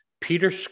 Peter